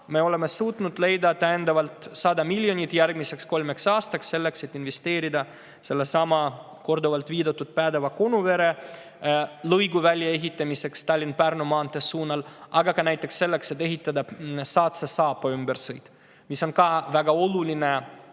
oleme suutnud leida täiendavalt 100 miljonit eurot järgmiseks kolmeks aastaks, et investeerida sellesama korduvalt viidatud Päädeva-Konuvere väljaehitamisse Tallinna-Pärnu suunal, aga ka näiteks sellesse, et ehitada Saatse saapa ümbersõit, mis on väga oluline